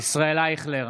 ישראל אייכלר,